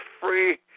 free